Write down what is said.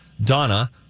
donna